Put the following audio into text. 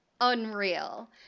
unreal